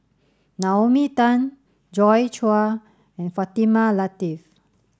Naomi Tan Joi Chua and Fatimah Lateef